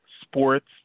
sports